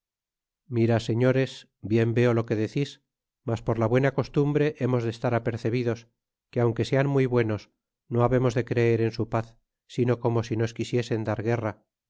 mira señores bien veo lo que decis mas por la buena costumbre hemos de estar apercebidos que aunque sean muy buenos no babemos de creer en su paz sino como si nos quisiesen dar guerra